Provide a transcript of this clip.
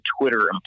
Twitter